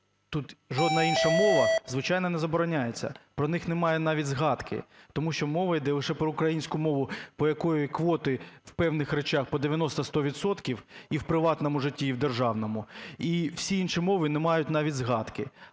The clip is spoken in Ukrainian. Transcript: тут жодна інша мова, звичайно, не забороняється, про них немає навіть згадки. Тому що мова йде лише про українську мову, по якій квоти в певних речах по 90-100 відсотків і в приватному житті, і в державному. І всі інші мови не мають навіть згадки.